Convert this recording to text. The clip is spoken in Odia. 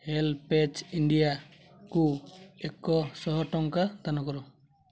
ହେଲ୍ପେଜ୍ ଇଣ୍ଡିଆକୁ ଏକଶହ ଟଙ୍କା ଦାନ କର